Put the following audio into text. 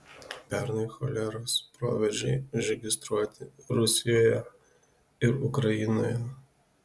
pernai choleros proveržiai užregistruoti rusijoje ir ukrainoje